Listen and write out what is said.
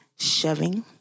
Shoving